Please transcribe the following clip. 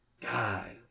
god